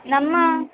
ನಮ್ಮ